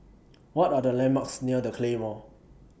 What Are The landmarks near The Claymore